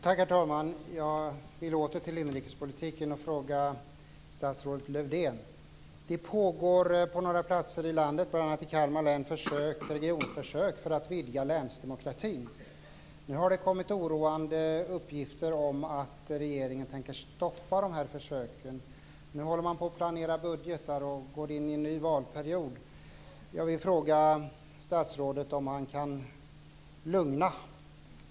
Herr talman! Jag vill återgå till inrikespolitiken och ställa en fråga till statsrådet Lövdén. Det pågår på några platser i landet, bl.a. i Kalmar län, regionsförsök för att vidga länsdemokratin. Nu har det kommit oroande uppgifter om att regeringen tänker stoppa de här försöken. Nu håller man på att planera budgetar och går in i en ny valperiod. Jag vill fråga statsrådet om han kan lugna mig.